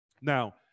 Now